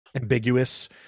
ambiguous